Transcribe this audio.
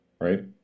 right